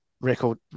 record